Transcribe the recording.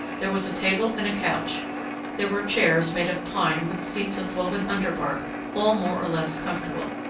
there was a table and a couch there were chairs made of pine with seats of woven underbark, all more or less comfortable.